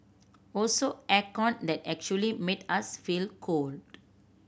also air con that actually made us feel cold